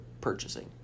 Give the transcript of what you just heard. purchasing